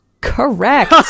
Correct